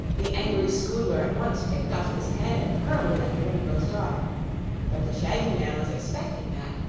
the angry scoodler at once picked off his head and hurled it at the rainbow's daughter but the shaggy man was expecting that,